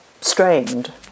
strained